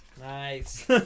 Nice